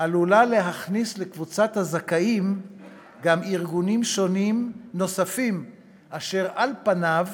עלולה להכניס לקבוצת הזכאים גם ארגונים שונים נוספים אשר על פני הדברים